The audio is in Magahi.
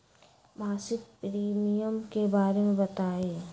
मासिक प्रीमियम के बारे मे बताई?